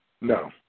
No